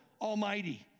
almighty